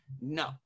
No